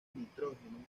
nitrógeno